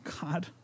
God